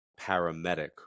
paramedic